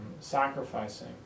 sacrificing